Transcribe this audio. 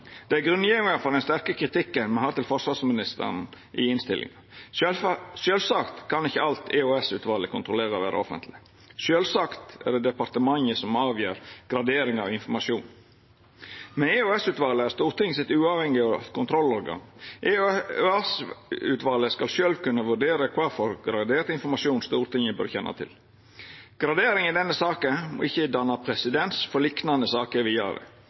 Det er grunngjevinga for den sterke kritikken me har til forsvarsministeren i innstillinga. Sjølvsagt kan ikkje alt EOS-utvalet kontrollerer, vera offentleg. Sjølvsagt er det departementet som avgjer gradering av informasjon. Men EOS-utvalet er Stortingets uavhengige kontrollorgan. EOS-utvalet skal sjølv kunna vurdera kva for gradert informasjon Stortinget bør kjenna til. Gradering i denne saka må ikkje danna presedens for liknande saker vidare.